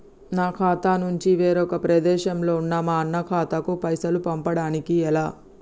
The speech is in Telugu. నా ఖాతా నుంచి వేరొక ప్రదేశంలో ఉన్న మా అన్న ఖాతాకు పైసలు పంపడానికి ఎలా?